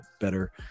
better